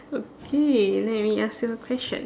okay let me ask you a question